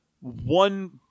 one